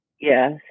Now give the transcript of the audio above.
Yes